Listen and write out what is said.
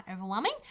overwhelming